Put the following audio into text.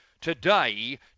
Today